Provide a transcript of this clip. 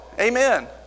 Amen